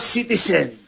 Citizen